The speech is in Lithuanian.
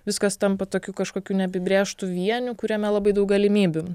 viskas tampa tokiu kažkokiu neapibrėžtu vieniu kuriame labai daug galimybių